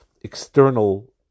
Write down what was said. external